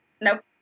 Nope